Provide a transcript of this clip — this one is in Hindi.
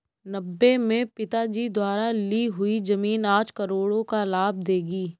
नब्बे में पिताजी द्वारा ली हुई जमीन आज करोड़ों का लाभ देगी